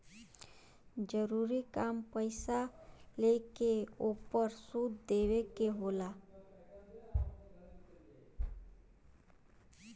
जरूरी काम पईसा लेके ओपर सूद देवे के होला